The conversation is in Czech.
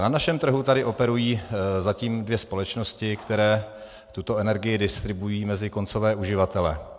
Na našem trhu tady operují zatím dvě společnosti, které tuto energii distribuují mezi koncové uživatele.